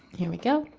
here we go,